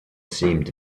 seemed